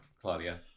Claudia